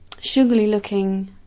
sugary-looking